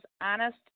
honest